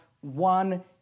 one